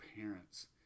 parents